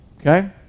Okay